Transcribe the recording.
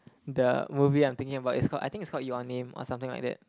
the movie I'm thinking about is called I think it's called your name or something like that